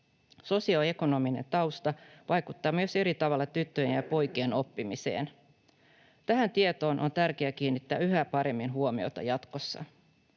Sosioekonominen tausta vaikuttaa myös eri tavalla tyttöjen ja poikien oppimiseen. Tähän tietoon on tärkeä kiinnittää yhä paremmin huomiota jatkossa.